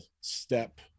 step